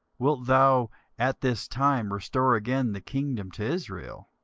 wilt thou at this time restore again the kingdom to israel?